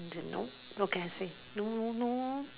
she said no what can I say no lor no lor